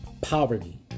poverty